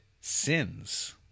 sins